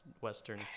Western